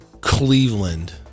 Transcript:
Cleveland